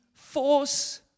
Force